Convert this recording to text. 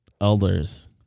elders